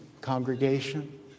congregation